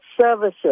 services